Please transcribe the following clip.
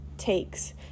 takes